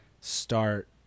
start